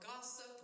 gossip